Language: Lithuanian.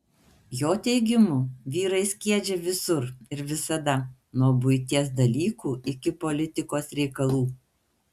jo teigimu vyrai skiedžia visur ir visada nuo buities dalykų iki politikos reikalų